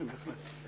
בהחלט.